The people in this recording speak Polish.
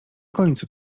końcu